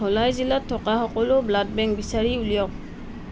ধলাই জিলাত থকা সকলো ব্লাড বেংক বিচাৰি উলিয়াওক